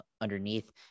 underneath